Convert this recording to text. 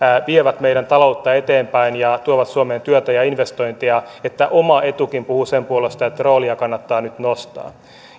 vievät meidän taloutta eteenpäin ja tuovat suomeen työtä ja investointeja että oma etukin puhuu sen puolesta että roolia kannattaa nyt nostaa